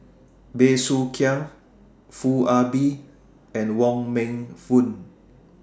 Bey Soo Khiang Foo Ah Bee and Wong Meng Voon